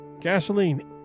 gasoline